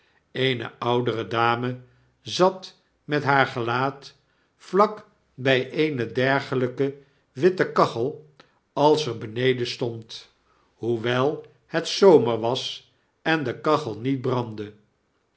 eene oudere dame zat met haar gelaat vlak bij eene dergelijke witte kachel als er beneden stond hoewel het zomer was en de